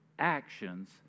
actions